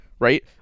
Right